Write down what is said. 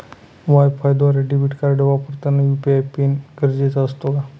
वायफायद्वारे debit card वापरताना UPI PIN गरजेचा असतो का?